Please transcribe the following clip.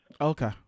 Okay